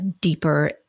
deeper